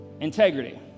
integrity